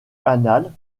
canal